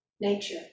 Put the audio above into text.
nature